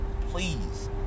Please